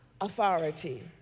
authority